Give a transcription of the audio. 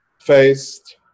faced